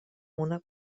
una